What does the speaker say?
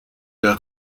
der